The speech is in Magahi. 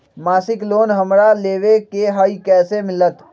मासिक लोन हमरा लेवे के हई कैसे मिलत?